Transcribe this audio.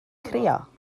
crio